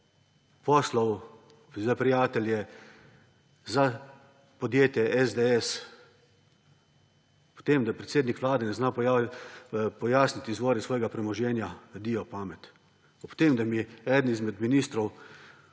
poslov za prijatelje, za podjetje SDS, ob tem, da predsednik Vlade ne zna pojasniti izvor svojega premoženja – adijo pamet! Ob tem, da mi eden izmed ministrov